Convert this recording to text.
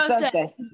Thursday